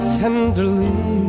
tenderly